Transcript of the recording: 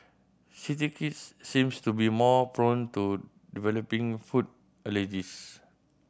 city kids seems to be more prone to developing food allergies